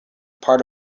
part